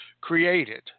created